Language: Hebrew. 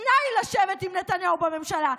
כתנאי לשבת עם נתניהו בממשלה.